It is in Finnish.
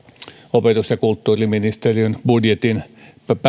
opetus ja kulttuuriministeriön budjetin